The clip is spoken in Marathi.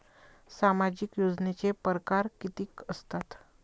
सामाजिक योजनेचे परकार कितीक असतात?